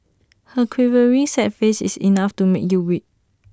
her quivering sad face is enough to make you weep